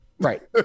Right